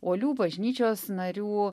uolių bažnyčios narių